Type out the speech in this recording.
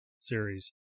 Series